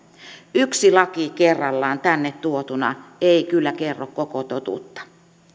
yksi laki kerrallaan tänne tuotuna ei kyllä kerro koko totuutta